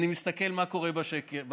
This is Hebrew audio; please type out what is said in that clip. אני מסתכל מה קורה בסקר.